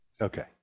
Okay